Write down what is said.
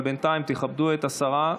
אבל בינתיים תכבדו את השרה,